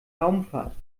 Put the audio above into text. raumfahrt